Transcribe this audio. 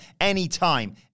anytime